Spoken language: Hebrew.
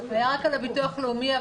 רק על הביטוח הלאומי,